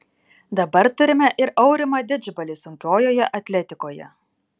dabar turime ir aurimą didžbalį sunkiojoje atletikoje